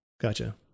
Gotcha